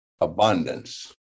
abundance